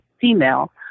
female